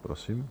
Prosím.